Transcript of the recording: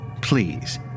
Please